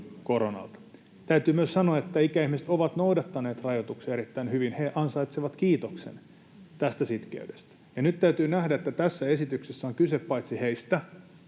Täytyy myös sanoa, että ikäihmiset ovat noudattaneet rajoituksia erittäin hyvin. He ansaitsevat kiitoksen tästä sitkeydestä. Nyt täytyy nähdä, että tässä esityksessä on kyse paitsi heistä